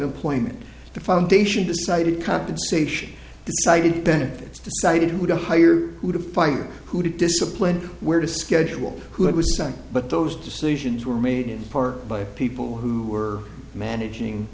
employment the foundation decided compensation decided benefits decided who to hire who to fire who to discipline where to schedule who it was but those decisions were made in part by people who were managing